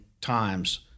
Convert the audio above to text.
times